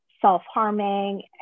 self-harming